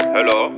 Hello